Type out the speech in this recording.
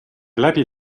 läbi